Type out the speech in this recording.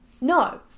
No